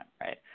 right